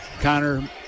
Connor